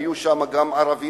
היו שם ערבים,